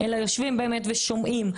אלא יושבים באמת ושומעים.